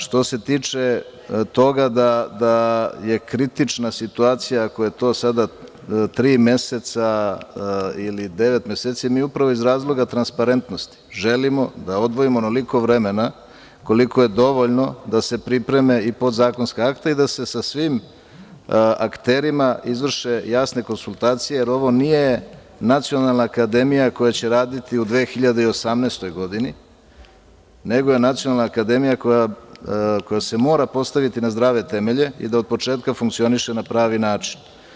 Što se tiče toga da je kritična situacija, ako je to sada tri meseca ili devet meseci, mi upravo iz razloga transparentnosti želimo da odvojimo onoliko vremena koliko je dovoljno da se pripreme i podzakonska akta i da se sa svim akterima izvrše jasne konsultacije, jer ovo nije Nacionalna akademija koja će raditi u 2018. godini, nego je Nacionalna akademija koja se mora postaviti na zdrave temelje i da od početka funkcioniše na pravi način.